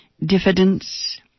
diffidence